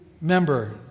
member